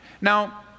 now